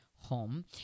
home